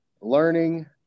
learning